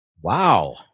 Wow